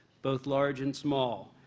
both large and small.